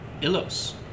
Illos